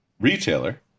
retailer